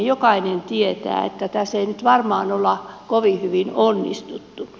jokainen tietää että tässä ei nyt varmaan ole kovin hyvin onnistuttu